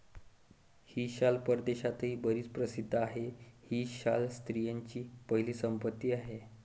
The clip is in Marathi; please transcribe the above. ही शाल परदेशातही बरीच प्रसिद्ध आहे, ही शाल स्त्रियांची पहिली पसंती आहे